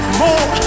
more